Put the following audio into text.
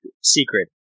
secret